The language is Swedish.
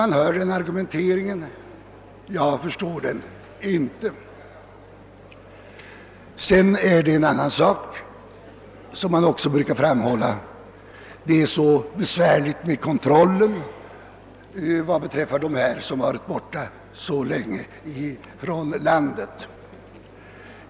Något annat som brukar framhållas är att det är så besvärligt med kontrollen av alla dem som så länge varit borta från Sverige.